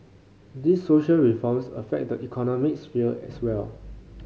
these social reforms affect the economy sphere as well